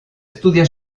estudia